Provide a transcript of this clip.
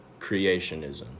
creationism